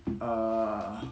err